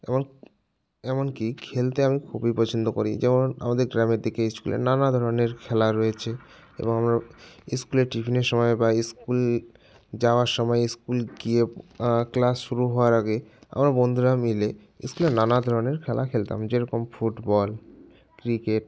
এবং এমনকি খেলতে আমি খুবই পছন্দ করি যেমন আমাদের গ্রামের দিকে স্কুলে নানা ধরনের খেলা রয়েছে এবং স্কুলে টিফিনের সময় বা স্কুল যাওয়ার সময় স্কুল গিয়ে ক্লাস শুরু হওয়ার আগে আমরা বন্ধুরা মিলে স্কুলে নানা ধরনের খেলা খেলতাম যেরকম ফুটবল ক্রিকেট